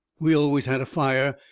we always had a fire,